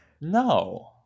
no